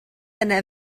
yna